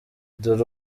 dore